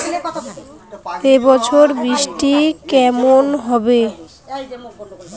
এবছর বৃষ্টি কেমন হবে?